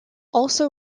also